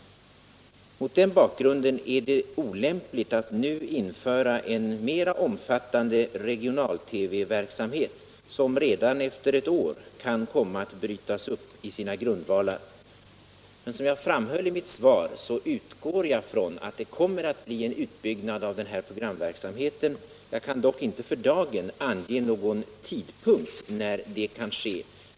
Mot den bakgrunden är det olämpligt att nu införa en mera omfattande regional-TV-verksamhet, som redan efter ett år kan komma att brytas upp i sina grundvalar. Men som jag framhöll i mitt svar utgår jag från att det kommer att bli en utbyggnad av denna programverksamhet. Jag kan dock inte för dagen ange någon tidpunkt när det kan ske.